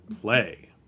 play